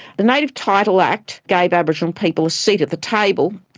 the native title act gave aboriginal people a seat at the table,